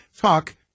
Talk